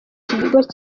kigo